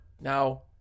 Now